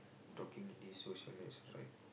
talking in this social message right